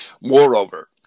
Moreover